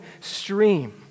stream